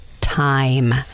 time